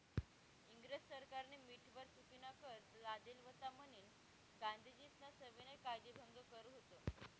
इंग्रज सरकारनी मीठवर चुकीनाकर लादेल व्हता म्हनीन गांधीजीस्नी सविनय कायदेभंग कर व्हत